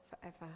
forever